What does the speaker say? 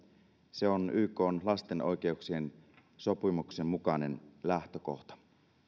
se on ykn lasten oikeuksien sopimuksen mukainen lähtökohta